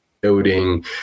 building